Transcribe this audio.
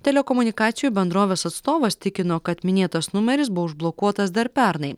telekomunikacijų bendrovės atstovas tikino kad minėtas numeris buvo užblokuotas dar pernai